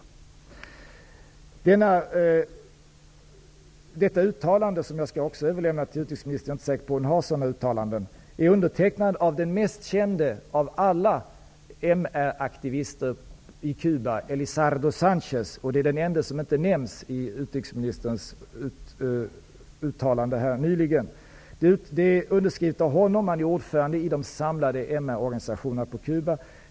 Det här uttalandet -- jag skall överlämna en kopia till utrikesministern, för jag är inte säker på att hon har sådana uttalanden -- är undertecknat av den mest kände av alla MR aktivister på Cuba, Elizardo Sanchez. Han är den ende som inte nämns i utrikesministerns uttalande här nyligen. Han har själv skrivit under, och han är ordförande i de samlade MR-organisationerna i Cuba.